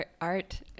art